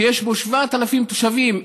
שיש בו 7,000 תושבים,